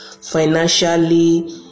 financially